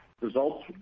Results